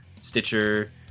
stitcher